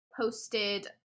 Posted